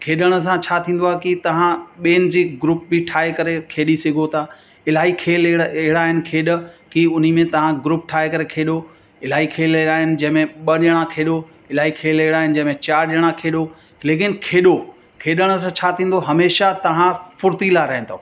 खेॾण सां छा थींदो आहे की तव्हां ॿियनि जी ग्रुप बि ठाहे करे खेॾी सघो था इलाही खेल एड़ अहिड़ा आहिनि खेॾ की उन में तव्हां ग्रुप ठाहे करे खेॾो इलाही खेल अहिड़ा आहिनि जंहिंमें ॿ ॼणा खेॾो इलाही खेल अहिड़ा आहिनि जंहिंमें चारि ॼणा खेॾो लेकिन खेॾो खेॾण सां छा थींदो हमेशह तव्हां फुर्तीला रहंदव